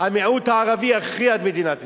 המיעוט הערבי יכריע את מדינת ישראל.